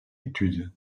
étude